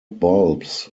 bulbs